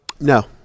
No